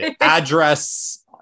address